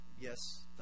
Yes